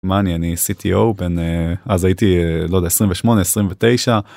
מה אני, אני cto בן אז הייתי 28 29.